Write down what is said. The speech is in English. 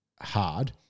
hard